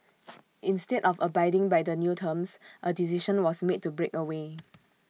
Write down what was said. instead of abiding by the new terms A decision was made to break away